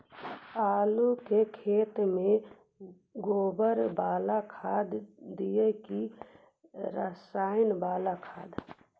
आलू के खेत में गोबर बाला खाद दियै की रसायन बाला खाद?